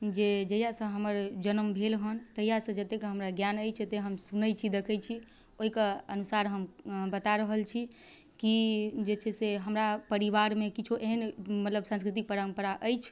जे जहिआसँ हमर जनम भेल हँ तहिआसँ जतेक हमरा ज्ञान अछि जतेक हम सुनै छी देखै छी ओहिके अनुसार हम बता रहल छी कि जे छै से हमरा परिवारमे किछु एहन मतलब साँस्कृतिक परम्परा अछि